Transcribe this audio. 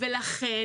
ובגלל